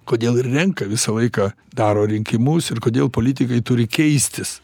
kodėl ir renka visą laiką daro rinkimus ir kodėl politikai turi keistis